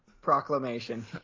proclamation